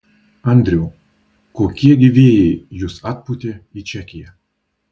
andriau kokie gi vėjai jus atpūtė į čekiją